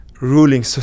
ruling